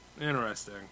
interesting